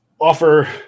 offer